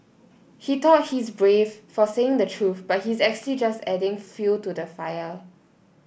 he thought he's brave for saying the truth but he's actually just adding fuel to the fire